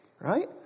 right